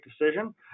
decision